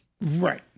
Right